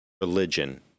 religion